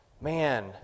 man